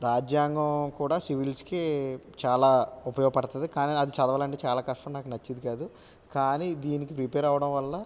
రాజ్యాంగం కూడా సివిల్స్కి చాలా ఉపయోగపడతుంది కానీ అది చదవాలి అంటే చాలా కష్టం నాకు నచ్చేది కాదు కానీ దీనికి ప్రిపేర్ అవ్వడం వల్ల